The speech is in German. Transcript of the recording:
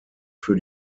für